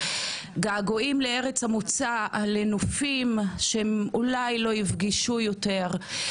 געגועים לארץ המוצא ולנופים שאולי לא יפגשו יותר,